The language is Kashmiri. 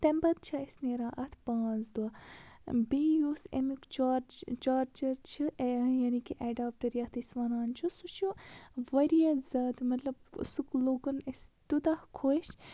تَمہِ پَتہٕ چھِ أسۍ نیران اَتھ پانٛژھ دۄہ بیٚیہِ یُس اَمیُک چارج چارجَر چھِ یعنی کہِ اٮ۪ڈاپٹَر یَتھ أسۍ وَنان چھِ سُہ چھُ واریاہ زیادٕ مطلب سُہ لوٚگُن أسۍ تیوٗتاہ خۄش